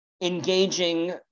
engaging